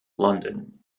london